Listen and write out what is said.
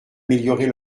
améliorer